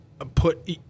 Put